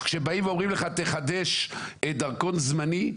אז כשאומרים לך, תחדש דרכון זמני,